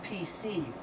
PC